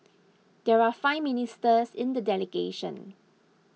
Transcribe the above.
there are five ministers in the delegation